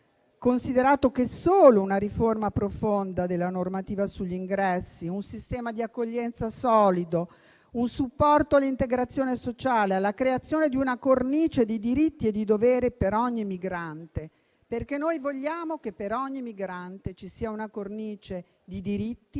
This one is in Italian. solo con una riforma profonda della normativa sugli ingressi, con un sistema di accoglienza solido e con un supporto all'integrazione sociale, alla creazione di una cornice di diritti e di doveri per ogni migrante, perché noi vogliamo che per ogni migrante ci sia una cornice di diritti,